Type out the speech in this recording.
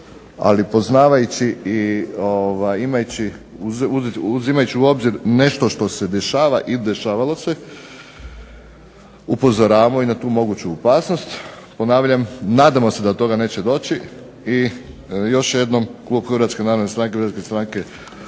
ali poznavajući i imajući, uzimajući u obzir nešto što se dešava i dešavalo se upozoravamo i na tu moguću opasnost. Ponavljam nadamo se da do toga neće doći. I još jednom klub Hrvatske narodne stranke i Hrvatske stranke